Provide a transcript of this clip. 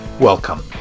Welcome